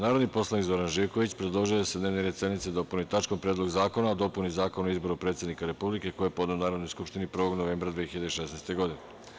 Narodni poslanik Zoran Živković, predložio je da se dnevni red sednice dopuni tačkom - Predlog zakona o dopuni Zakona o izboru predsednika Republike, koji je podneo Narodnoj skupštini 1. novembra 2016. godine.